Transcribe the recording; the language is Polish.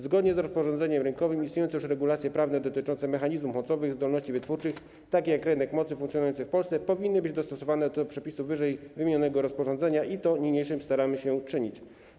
Zgodnie z rozporządzeniem rynkowym istniejące już regulacje prawne dotyczące mechanizmów mocowych zdolności wytwórczych, takie jak rynek mocy funkcjonujący w Polsce, powinny być dostosowane do przepisów ww. rozporządzenia, i to niniejszym staramy się czynić.